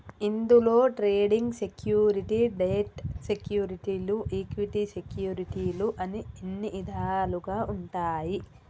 ఇందులో trading security, debt సెక్యూరిటీలు equity సెక్యూరిటీలు అని ఇన్ని ఇదాలుగా ఉంటాయి